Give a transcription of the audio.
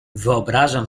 wyobrażam